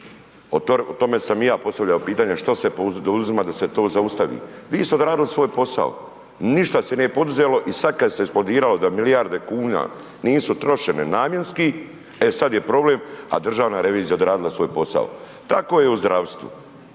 O tome sam i ja postavljao pitanja što se poduzima da se to zaustavi. Vi ste odradili svoj posao. Ništa se nije poduzelo i sad kad se eksplodiralo da milijarde nisu trošene namjenski, e sad je problem, a državna revizija odradila svoj posao. Tako je u zdravstvu,